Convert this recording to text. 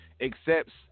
accepts